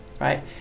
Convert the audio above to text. right